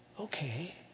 Okay